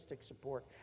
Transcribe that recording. support